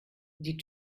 die